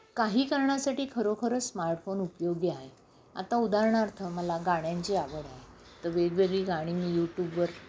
काही कारणासाठी खरोखरच स्मार्टफोन उपयोगी आहे आता उदाहरणार्थ मला गाण्याची आवड आहे तर वेगवेगळी गाणी मी यूट्यूबवर